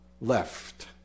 left